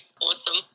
awesome